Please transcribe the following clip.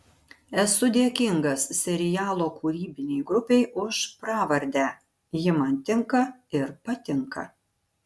esu dėkingas serialo kūrybinei grupei už pravardę ji man tinka ir patinka